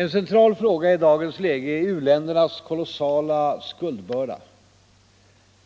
En central fråga i dagens läge är u-ländernas kolossala skuldbörda.